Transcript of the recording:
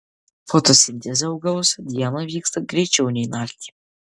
fotosintezė augaluose dieną vyksta greičiau nei naktį